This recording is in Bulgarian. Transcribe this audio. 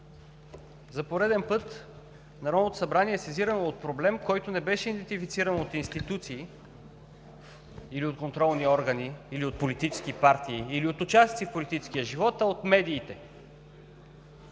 За пореден път Народното събрание е сезирано от проблем, който не беше идентифициран от институции или от контролни органи, или от политически партии, или от участници в политическия живот, а от медиите.